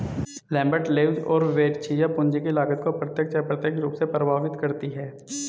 Lambert, Leuz और Verrecchia, पूंजी की लागत को प्रत्यक्ष, अप्रत्यक्ष रूप से प्रभावित करती है